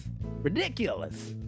Ridiculous